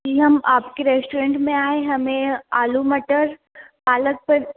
जी हम आपके रेस्टोरेंट में आए हैं हमें आलू मटर पालक पनीर